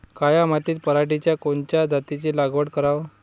काळ्या मातीत पराटीच्या कोनच्या जातीची लागवड कराव?